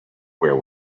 where